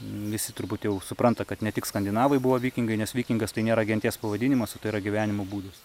visi turbūt jau supranta kad ne tik skandinavai buvo vikingai nes vikingas tai nėra genties pavadinimas o tai yra gyvenimo būdas